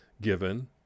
given